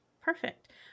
perfect